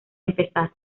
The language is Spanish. empezar